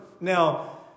Now